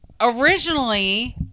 originally